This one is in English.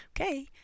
Okay